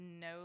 no